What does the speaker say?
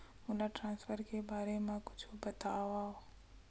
मोला ट्रान्सफर के बारे मा कुछु बतावव?